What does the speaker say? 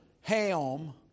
Ham